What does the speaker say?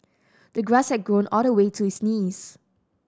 the grass had grown all the way to his knees